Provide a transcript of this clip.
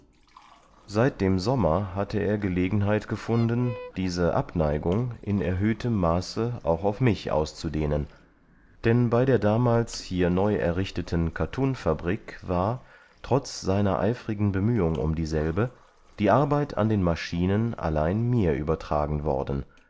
seit dem sommer hatte er gelegenheit gefunden diese abneigung in erhöhtem maße auch auf mich auszudehnen denn bei der damals hier neu errichteten kattunfabrik war trotz seiner eifrigen bemühung um dieselbe die arbeit an den maschinen allein mir übertragen worden